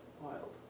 Wild